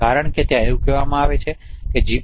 કારણ કે ત્યાં એવું કહેવામાં આવે છે કે જી